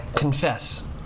confess